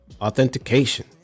authentication